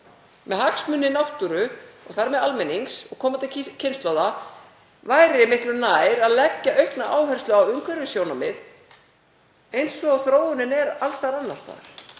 Með hagsmuni náttúru og þar með almennings og komandi kynslóða í huga væri miklu nær að leggja aukna áherslu á umhverfissjónarmið eins og þróunin er alls staðar annars